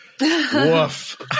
Woof